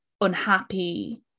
unhappy